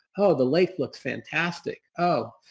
oh, the lake looks fantastic. oh,